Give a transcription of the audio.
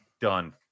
Done